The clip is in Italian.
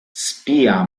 spia